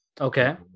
Okay